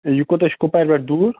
یہِ کوتاہ چھُ کۅپوارِ پیٚٹھ دوٗر